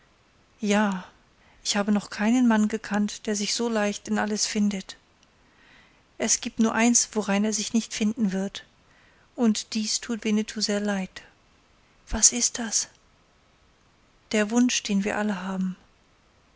ja ich habe noch keinen mann gekannt der sich so leicht in alles findet es gibt nur eins worein er sich nicht finden wird und dies tut winnetou sehr leid was ist das der wunsch den wir alle haben